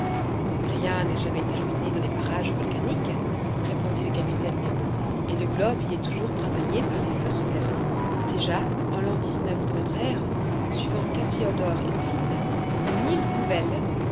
rien n'est jamais terminé dans les parages volcaniques répondit le capitaine nemo et le globe y est toujours travaillé par les feux souterrains déjà en l'an dix-neuf de notre ère suivant cassiodore et pline une île nouvelle